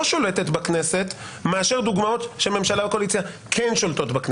שולטת בכנסת מאשר דוגמאות של ממשלה או קואליציה שכן שולטות בכנסת.